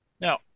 now